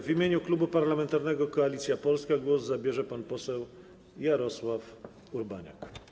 W imieniu Klubu Parlamentarnego Koalicja Polska głos zabierze pan poseł Jarosław Urbaniak.